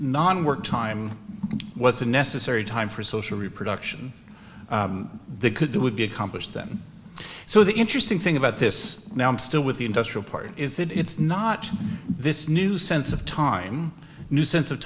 non work time was a necessary time for social reproduction they could do would be accomplished then so the interesting thing about this now i'm still with the industrial part is that it's not this new sense of time new sense of